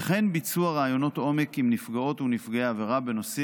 וכן ביצוע ראיונות עומק עם נפגעות ונפגעי עבירה בנושא